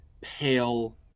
pale